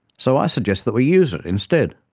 so i suggest that we use it instead.